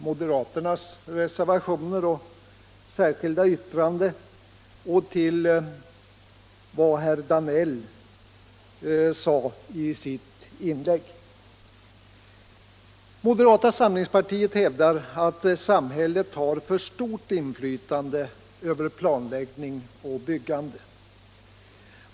Moderata samlingspartiet hävdar att samhället har för stort inflytande över planläggning och byggande.